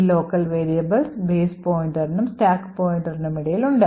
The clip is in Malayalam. ഈ local variables ബേസ് പോയിന്ററിനും സ്റ്റാക്ക് പോയിന്ററിനുമിടയിൽ ഉണ്ട്